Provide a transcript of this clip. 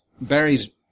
buried